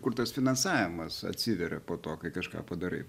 kur tas finansavimas atsiveria po to kai kažką padarai